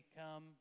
come